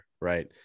right